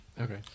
Okay